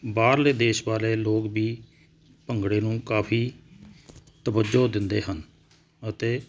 ਬਾਹਰਲੇ ਦੇਸ਼ ਬਾਰੇ ਲੋਕ ਵੀ ਭੰਗੜੇ ਨੂੰ ਕਾਫੀ ਤਵਜੋ ਦਿੰਦੇ ਹਨ ਅਤੇ